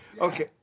Okay